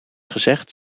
gezegd